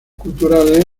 culturales